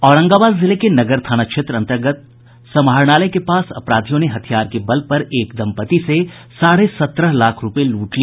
औरंगाबाद जिले के नगर थाना क्षेत्र अंतर्गत समाहरणालय के पास अपराधियों ने हथियार के बल पर एक दंपति से साढे सत्रह लाख रुपए लूट लिए